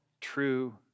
true